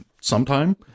sometime